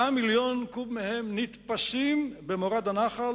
7 מיליוני קוב מהם נתפסים במורד הנחל